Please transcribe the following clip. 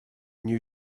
new